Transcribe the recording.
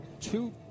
two